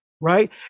Right